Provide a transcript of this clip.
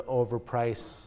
overprice